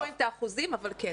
אתם לא רואים את האחוזים, אבל כן.